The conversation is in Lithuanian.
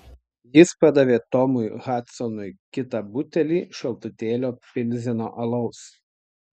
jis padavė tomui hadsonui kitą butelį šaltutėlio pilzeno alaus